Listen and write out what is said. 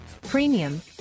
premium